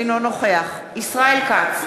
אינו נוכח ישראל כץ,